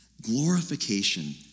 Glorification